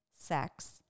sex